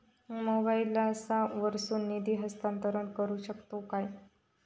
मोबाईला वर्सून निधी हस्तांतरण करू शकतो काय?